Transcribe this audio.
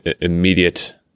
immediate